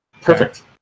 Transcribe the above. perfect